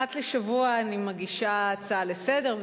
אחת לשבוע אני מגישה הצעה לסדר-היום,